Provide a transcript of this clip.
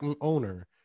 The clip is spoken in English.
owner